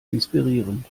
inspirierend